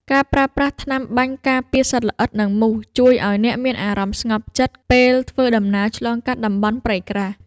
ការប្រើប្រាស់ថ្នាំបាញ់ការពារសត្វល្អិត និងមូស ជួយឱ្យអ្នកមានអារម្មណ៍ស្ងប់ចិត្តពេលធ្វើដំណើរឆ្លងកាត់តំបន់ព្រៃក្រាស់។